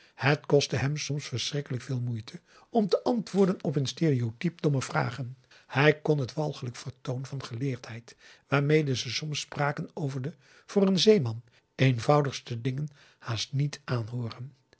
ps maurits hem soms verschrikkelijk veel moeite om te antwoorden op hun stereotyp domme vragen hij kon het walgelijk vertoon van geleerdheid waarmede ze soms spraken over de voor een zeeman eenvoudigste dingen haast niet aanhooren